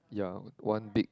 ya one big